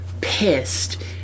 pissed